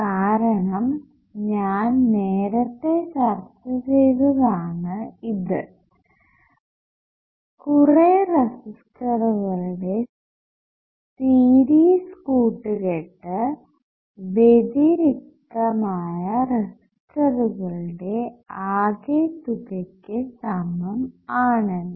കാരണം ഞാൻ നേരത്തെ ചർച്ച ചെയ്തതാണ് ഇത് കുറെ റെസിസ്റ്ററുകളുടെ സീരിസ്സ് കൂട്ടുകെട്ട് വ്യതിരിക്തമായ റെസിസ്റ്ററുകളുടെ ആകെതുകയ്ക്ക് സമം ആണെന്ന്